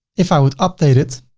if i would update it,